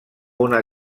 una